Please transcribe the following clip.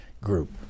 group